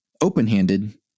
open-handed